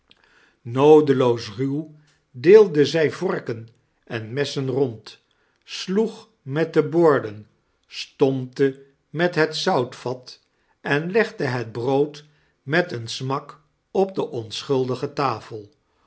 noodeloos ruw deelde zij vorken en messen rond sloeg met de bordem stompte met het zoutvat en legde het brood met een smak op de onschuldige tafel